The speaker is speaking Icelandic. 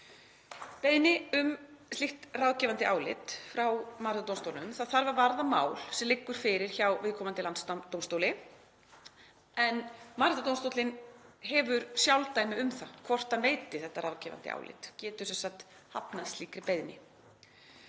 Beiðni um slíkt ráðgefandi álit frá Mannréttindadómstólnum þarf að varða mál sem liggur fyrir hjá viðkomandi landsdómstóli en Mannréttindadómstóllinn hefur sjálfdæmi um það hvort hann veiti þetta ráðgefandi álit, getur sem sagt hafnað slíkri beiðni.